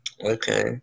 Okay